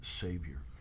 Savior